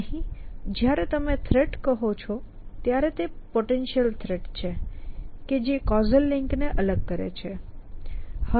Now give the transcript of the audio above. અહીં જ્યારે તમે થ્રેટ કહો છો ત્યારે તે પોટેન્શિયલ થ્રેટ છે જે કૉઝલ લિંકને અલગ કરે છે